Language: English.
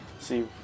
See